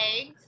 eggs